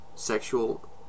sexual